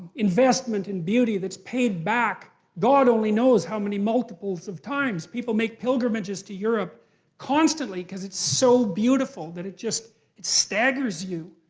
investment in beauty that's paid back god only knows how many multiples of times. people make pilgrimages to europe constantly because it's so beautiful that it just staggers you.